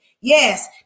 Yes